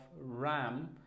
RAM